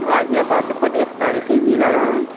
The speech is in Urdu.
غازی آباد خود ایک تاریخی ضلع رہا ہے